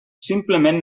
simplement